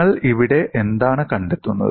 നിങ്ങൾ ഇവിടെ എന്താണ് കണ്ടെത്തുന്നത്